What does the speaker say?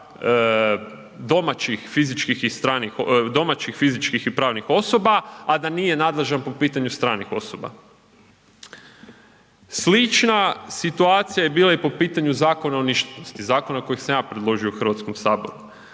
domaćih fizičkih i pravnih osoba, a da nije nadležan po pitanju stranih osoba. Slična situacija je bila i po pitanju Zakona o ništetnosti, zakona koji sam ja predložio u HS-u.